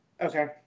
Okay